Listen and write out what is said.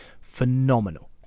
phenomenal